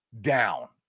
down